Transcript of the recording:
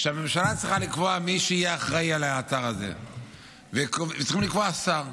שהממשלה צריכה לקבוע מי יהיה האחראי לאתר הזה וצריך לקבוע שר.